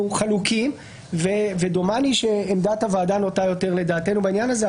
חלוקים ודומני שעמדת הוועדה נוטה יותר לדעתנו בעניין הזה,